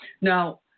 Now